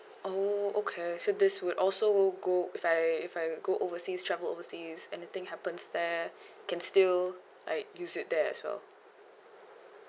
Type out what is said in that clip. oh okay so this would also go if I if I go overseas travel overseas anything happens there can still like use it there as well